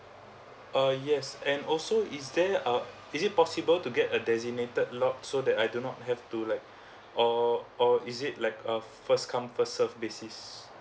uh yes and also is there uh is it possible to get a designated lot so that I do not have to like or or is it like a first come first serve basis